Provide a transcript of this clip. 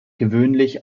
gewöhnlich